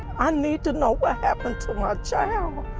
i need to know what happened to my child,